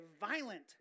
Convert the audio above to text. violent